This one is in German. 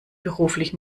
beruflich